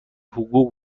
حقوق